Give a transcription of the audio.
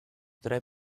tre